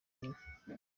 nyina